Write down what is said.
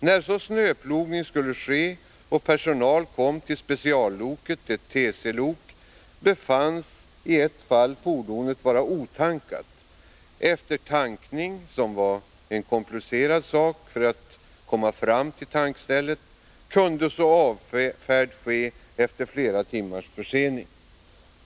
När så snöplogning skulle ske och personal kom till specialloket — ett TC-lok — befanns i ett fall fordonet vara otankat. Efter tankning, som blev komplicerad eftersom det var svårt att komma fram till tankstället, kunde så avfärd ske efter flera timmars försening.